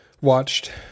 watched